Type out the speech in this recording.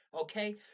Okay